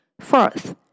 Fourth